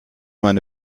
meine